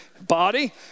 body